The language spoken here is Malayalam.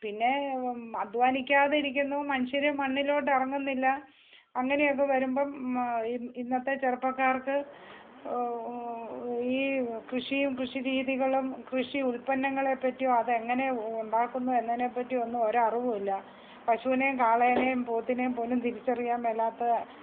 പിന്നെ അധ്വാനിക്കാതിരിക്കുന്നതും മനുഷ്യരും മണ്ണിലോട്ട് ഇറങ്ങുന്നില്ല അങ്ങനെയൊക്കെ വരുമ്പം ഇന്നത്തെ ചെറുപ്പക്കാർക്ക് ഈ കൃഷിയും കൃഷി രീതികളും കൃഷി ഉൽപ്പന്നങ്ങളെ പറ്റി അതെങ്ങനെ ഉണ്ടാക്കുന്നു എന്നതിനെ പറ്റിയോ ഒന്നും ഒരു അറിവുമില്ല പശൂവിനേയും കാളയേയും പോത്തിനേയും പോലും തിരിച്ചറിയാൻ മേലാത്ത